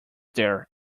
there